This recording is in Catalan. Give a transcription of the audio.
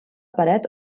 paret